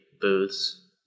booths